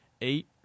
eight